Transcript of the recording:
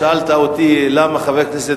שאלת אותי למה חבר הכנסת,